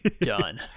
Done